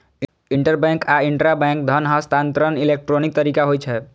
interbank आ intrabank धन हस्तांतरण इलेक्ट्रॉनिक तरीका होइ छै